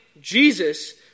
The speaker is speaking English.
Jesus